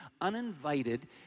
uninvited